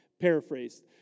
Paraphrased